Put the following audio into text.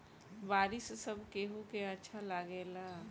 बारिश सब केहू के अच्छा लागेला